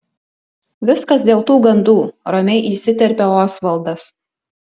viskas dėl tų gandų ramiai įsiterpia osvaldas